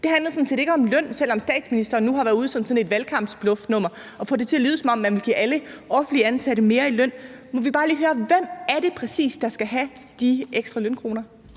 sådan set ikke om løn, selv om statsministeren nu har været ude med sådan et valgkampsbluffnummer, hvor hun har fået det til at lyde, som om man ville give alle offentligt ansatte mere i løn. Må vi bare lige høre: Hvem er det præcis, der skal have de ekstra lønkroner?